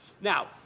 Now